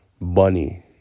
Bunny